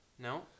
No